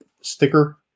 sticker